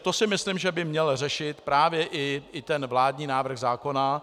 To si myslím, že by měl řešit právě i ten vládní návrh zákona.